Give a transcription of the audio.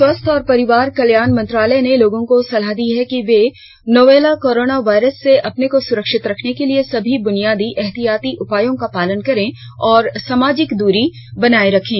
स्वास्थ्य और परिवार कल्याण मंत्रालय ने लोगों को सलाह दी है कि वे नोवल कोरोना वायरस से अपने को सुरक्षित रखने के लिए सभी बुनियादी एहतियाती उपायों का पालन करें और सामाजिक दूरी बनाए रखें